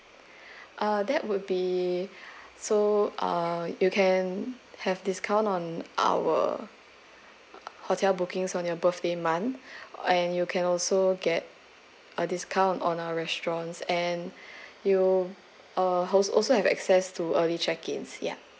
uh that would be so uh you can have discount on our hotel bookings on your birthday month and you can also get a discount on our restaurants and you uh so~ also have access to early check in yup